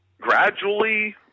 gradually